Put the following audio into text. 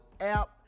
app